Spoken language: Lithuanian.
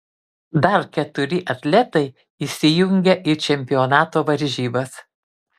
dar keturi atletai įsijungia į čempionato varžybas